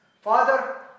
Father